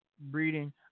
Breeding